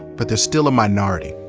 but they're still a minority.